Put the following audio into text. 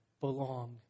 belong